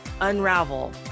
unravel